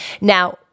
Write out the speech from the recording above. Now